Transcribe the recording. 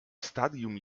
stadium